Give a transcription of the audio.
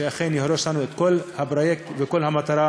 שאכן יהרוס לנו את כל הפרויקט וכל המטרה